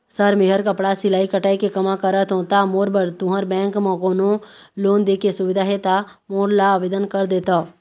Sir मेहर कपड़ा सिलाई कटाई के कमा करत हों ता मोर बर तुंहर बैंक म कोन्हों लोन दे के सुविधा हे ता मोर ला आवेदन कर देतव?